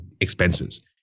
expenses